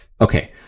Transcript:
Okay